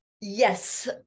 Yes